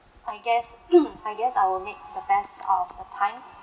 I guess I guess I will make the best out of the time